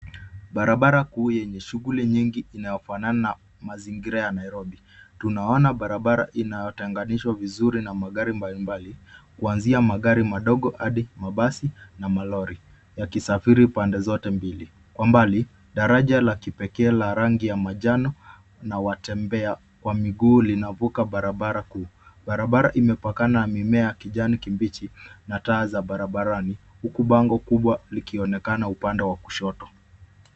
Barabara kuu yenye shughuli nyingi inayofanana na mazingira ya Nairobi. Tunaona barabara inayotenganishwa vizuri na magari mbalimbali, kuanzia magari madogo hadi mabasi na malori yakisafiri pande zote mbili. Kwa mbali daraja la kipekee la rangi ya manjano na watembea kwa miguu linavuka barabara kuu. Barabara imepakana na mimea ya kijani kibichi na taa za barabarani huku bango kubwa likionekana upande wa kushoto.